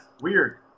Weird